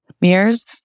Mirrors